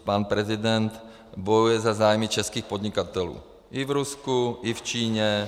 Pan prezident bojuje za zájmy českých podnikatelů i v Rusku, i v Číně.